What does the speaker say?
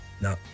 No